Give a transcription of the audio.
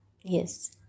Yes